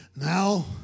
Now